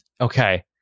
Okay